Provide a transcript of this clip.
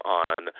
on